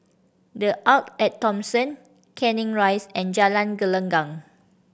The Arte At Thomson Canning Rise and Jalan Gelenggang